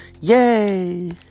Yay